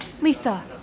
Lisa